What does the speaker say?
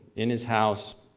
in his house